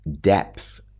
depth